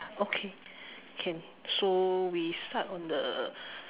okay can so we start on the